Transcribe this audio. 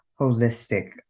holistic